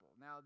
Now